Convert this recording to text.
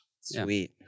Sweet